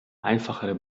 einfachere